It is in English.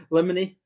Lemony